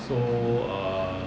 so err